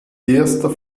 erster